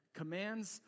commands